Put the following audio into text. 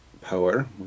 power